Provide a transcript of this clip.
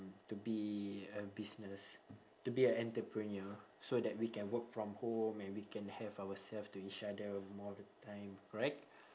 to be a business to be a entrepreneur so that we can work from home and we can have ourselves to each other more of the time correct